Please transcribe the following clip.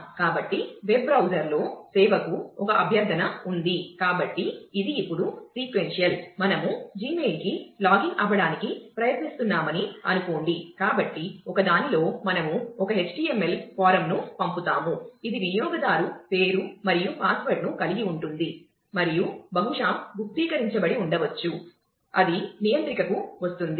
కాబట్టి వెబ్ బ్రౌజర్లో ను కలిగి ఉంటుంది మరియు బహుశా గుప్తీకరించబడి ఉండవచ్చు అది నియంత్రికకు వస్తుంది